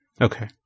Okay